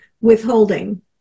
withholding